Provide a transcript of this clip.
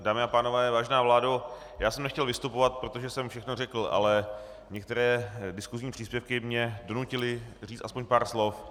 Dámy a pánové, vážená vládo, nechtěl jsem vystupovat, protože jsem všechno řekl, ale některé diskusní příspěvky mě donutily říct aspoň pár slov.